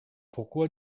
pourquoi